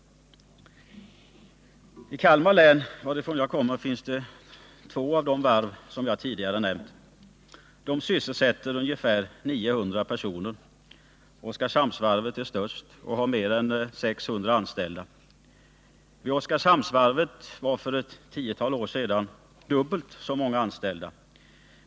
I Kalmar län, varifrån jag kommer, finns två av de varv som jag tidigare nämnt. De sysselsätter ungefär 900 personer. Oskarshamnsvarvet är störst och har mer än 600 anställda. Vid detta varv var för ett tiotal år sedan dubbelt så många anställda.